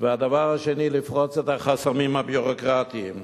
והדבר השני, לפרוץ את החסמים הביורוקרטיים.